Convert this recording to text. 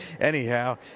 Anyhow